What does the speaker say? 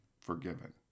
forgiven